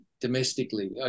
domestically